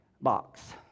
box